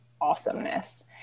awesomeness